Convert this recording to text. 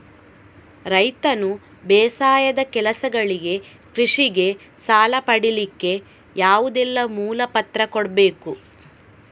ರೈತನು ಬೇಸಾಯದ ಕೆಲಸಗಳಿಗೆ, ಕೃಷಿಗೆ ಸಾಲ ಪಡಿಲಿಕ್ಕೆ ಯಾವುದೆಲ್ಲ ಮೂಲ ಪತ್ರ ಕೊಡ್ಬೇಕು?